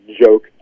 joke